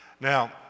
Now